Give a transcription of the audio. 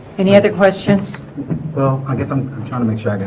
any other questions well i guess i'm i'm trying to make sure i got